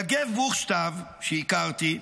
יגב בוכשטב, שהכרתי,